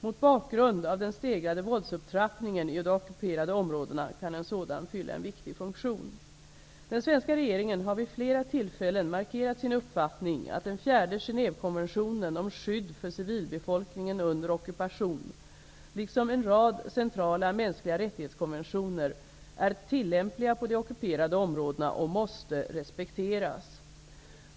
Mot bakgrund av den stegrade våldsupptrappningen i de ockuperade områdena kan en sådan fylla en viktig funktion. Den svenska regeringen har vid flera tillfällen markerat sin uppfattning att den fjärde Genèvekonventionen om skydd för civilbefolkningen under ockupation, liksom en rad centrala mänskliga rättighetskonventioner, är tillämpliga på de ockuperade områdena -- och måste respekteras.